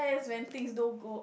when things don't go